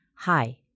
Hi